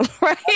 right